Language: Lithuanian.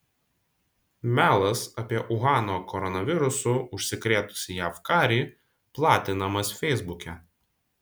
melas apie uhano koronavirusu užsikrėtusį jav karį platinamas feisbuke